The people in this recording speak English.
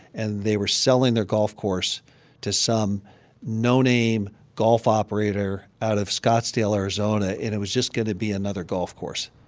and they were selling their golf course to some no-name golf operator out of scottsdale, ariz, ah and it was just going to be another golf course.